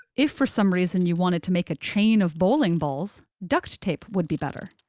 if for some reason you wanted to make a chain of bowling balls, duct tape would be better.